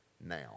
now